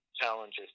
challenges